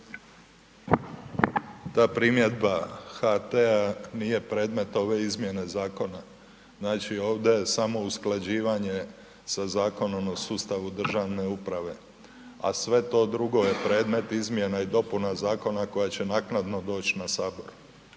Ta primjedba HT-a nije predmet ove izmjene zakona. Znači ovdje je samo usklađivanje sa Zakonom o sustavu državne uprave. A sve to drugo je predmet izmjena i dopuna Zakona koja će naknadno doći na Sabor.